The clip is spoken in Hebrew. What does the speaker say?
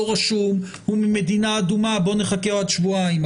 רשום הוא ממדינה אדומה - בוא נחכה עוד שבועיים,